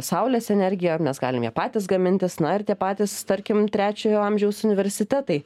saulės energija mes galim ją patys gamintis na ir tie patys tarkim trečiojo amžiaus universitetai